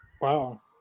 Wow